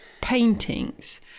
paintings